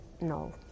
no